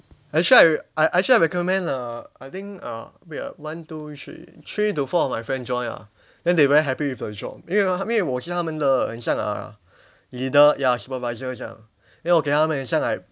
actually I I actually I recommend the I think uh wait ah one two three three to four of my friend join ah then they very happy with the job 因为因为我是他们的很像 uh leader ya supervisor 这样 then 我给他们很像 like